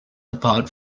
apart